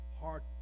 heart